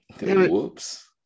Whoops